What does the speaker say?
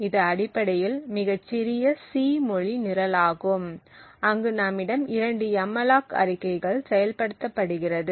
இது அடிப்படையில் மிகச் சிறிய C மொழி நிரலாகும் அங்கு நம்மிடம் இரண்டு எம்மலாக் அறிக்கைகள் செயல்படுத்தப்படுகிறது